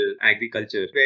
agriculture